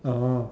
oh